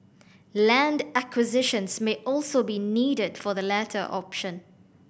land acquisitions may also be needed for the latter option